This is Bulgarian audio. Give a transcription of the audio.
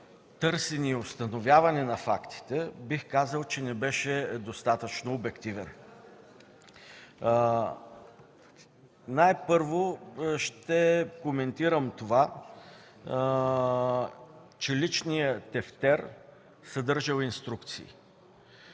търсене и установяване на фактите не беше достатъчно обективен. Най-първо ще коментирам това, че личният тефтер съдържал инструкции.